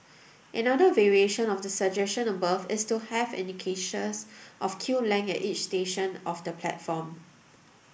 another variation of the suggestion above is to have indicators of queue lengths at each section of the platform